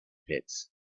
pits